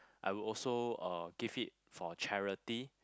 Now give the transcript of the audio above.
I would also uh give it for charity